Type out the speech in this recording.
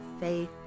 faith